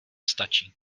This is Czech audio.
stačí